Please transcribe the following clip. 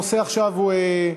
הנושא עכשיו הוא: